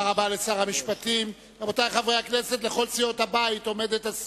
2. הצעת חוק שירות המדינה (מינויים) (תיקון מס' 14)